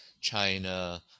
China